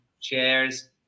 chairs